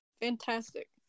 Fantastic